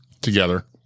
together